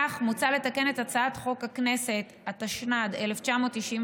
לשם כך, מוצע לתקן את הצעת חוק הכנסת התשנ"ד 1994,